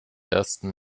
ersten